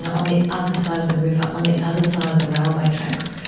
yeah on the other side of the river, on the other side of the railway tracks.